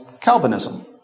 Calvinism